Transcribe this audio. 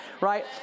Right